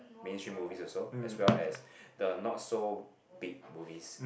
mainstream movies also as well as the not so big movies